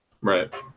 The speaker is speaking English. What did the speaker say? Right